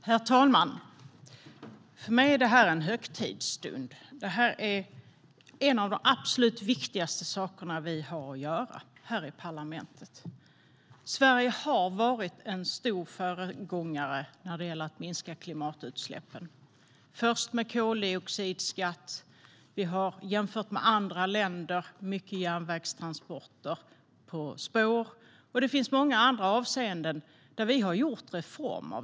Herr talman! För mig är det här en högtidsstund. Detta är en av de absolut viktigaste saker vi har att göra här i parlamentet. Sverige har varit en stor föregångare när det gäller att minska klimatutsläppen. Vi var först med koldioxidskatt. Vi har jämfört med andra länder mycket järnvägstransporter på spår. Det finns många andra avseenden där vi har gjort reformer.